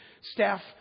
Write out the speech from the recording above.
staff